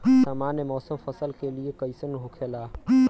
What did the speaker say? सामान्य मौसम फसल के लिए कईसन होखेला?